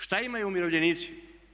Šta imaju umirovljenici?